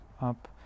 up